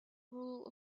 rule